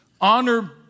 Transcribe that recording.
Honor